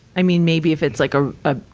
i mean, maybe if it's like a, a,